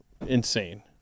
insane